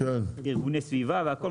ארגוני סביבה והכל.